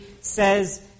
says